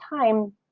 time